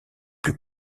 plus